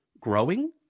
growing